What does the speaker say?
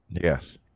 Yes